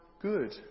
good